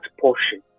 portion